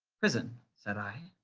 prison said i?